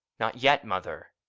not yet, mother.